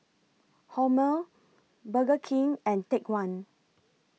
Hormel Burger King and Take one